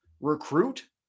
recruit